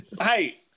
hey